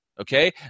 Okay